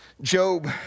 Job